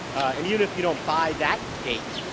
and even if you don't buy that take,